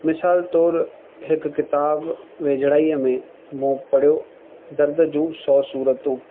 मिसाल तौर हिकु किताब वेझिराईअ में मोपड़े दर्द जूं सौ सूरतू